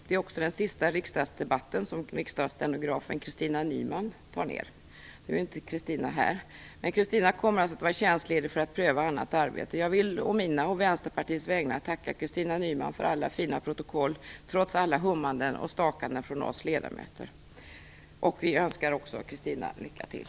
Det är också den sista riksdagsdebatten som riksdagsstenograf Christina Nyman skriver ned. Hon kommer att vara tjänstledig för att pröva annat arbete. Jag vill å mina och Vänsterpartiets vägnar tacka Christina Nyman för alla fina protokoll, trots alla hummanden och stakanden från oss ledamöter. Vi önskar Christina lycka till!